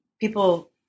people